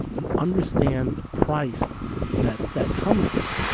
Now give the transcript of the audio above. you understand the price that that comes with.